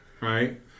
Right